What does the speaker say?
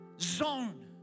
zone